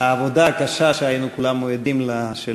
מהעבודה הקשה שהיינו כולנו עדים לה של